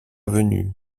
venue